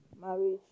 marriage